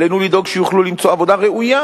עלינו לדאוג שיוכלו למצוא עבודה ראויה.